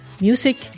Music